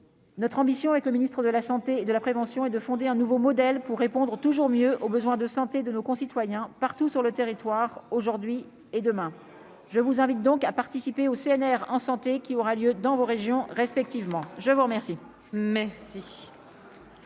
Notre ambition, avec le ministre de la Santé et de la prévention et de fonder un nouveau modèle pour répondre toujours mieux aux besoins de santé de nos concitoyens partout sur le territoire, aujourd'hui et demain, je vous invite donc à participer au CNR en santé, qui aura lieu dans vos régions, respectivement, je vous remercie.